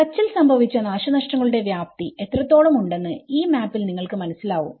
കച്ചിൽ സംഭവിച്ച നാശനഷ്ടങ്ങളുടെ വ്യാപ്തി എത്രത്തോളം ഉണ്ടെന്ന് ഈ മാപ്പിൽ നിന്ന് നിങ്ങൾക്ക് മനസ്സിലാവും